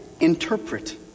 interpret